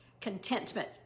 contentment